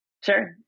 Sure